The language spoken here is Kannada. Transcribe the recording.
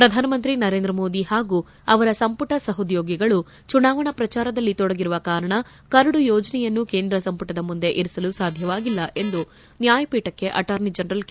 ಪ್ರಧಾನಮಂತ್ರಿ ನರೇಂದ್ರ ಮೋದಿ ಹಾಗೂ ಅವರ ಸಂಪುಟ ಸಹೋದ್ಲೋಗಿಗಳು ಚುನಾವಣಾ ಪ್ರಚಾರದಲ್ಲಿ ತೊಡಗಿರುವ ಕಾರಣ ಕರಡು ಯೋಜನೆಯನ್ನು ಕೇಂದ್ರ ಸಂಪುಟದ ಮುಂದೆ ಇರಿಸಲು ಸಾಧ್ಯವಾಗಿಲ್ಲ ಎಂದು ನ್ನಾಯಪೀಠಕ್ಕೆ ಅಟಾರ್ನಿ ಜನರಲ್ ಕೆ